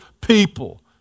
people